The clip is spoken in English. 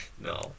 No